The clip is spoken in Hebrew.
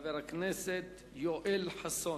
חבר הכנסת יואל חסון.